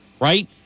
right